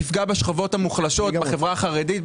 היא תפגע בשכבות המוחלשות בחברה החרדית,